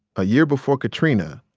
a year before katrina,